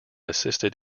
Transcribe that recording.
assisted